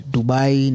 Dubai